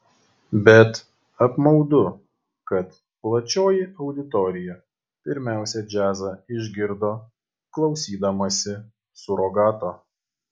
bet apmaudu kad plačioji auditorija pirmiausia džiazą išgirdo klausydamasi surogato